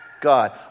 God